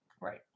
right